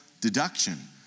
deduction